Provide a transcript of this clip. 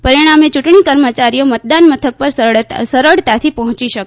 પરિણામે ચૂંટણી કર્મચારીઓ મતદાનમથક પર સરળતાથી પહોંચી શકે